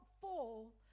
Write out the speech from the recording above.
fall